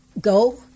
go